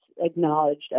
acknowledged